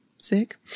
sick